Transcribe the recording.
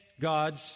God's